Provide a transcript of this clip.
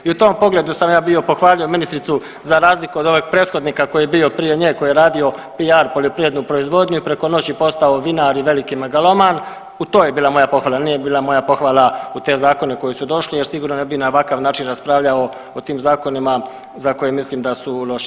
I u tom pogledu sam ja bio pohvalio ministricu za razliku od ovog prethodnika koji je bio prije nje, koji je radio piar poljoprivrednu proizvodnju i preko noći postao vinar i veliki megaloman, u to je bila moja pohvala, al nije bila moja pohvala u te zakone koji su došli jer sigurno ne bi na ovakav način raspravljao o tim zakonima za koje mislim da su loši.